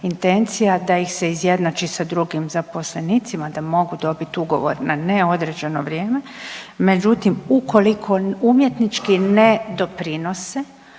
da ih se izjednači s drugim zaposlenicima da mogu dobit ugovor na neodređeno vrijeme, međutim ukoliko umjetnički ne doprinose,